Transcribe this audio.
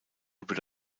über